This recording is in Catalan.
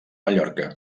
mallorca